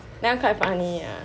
this one quite funny ah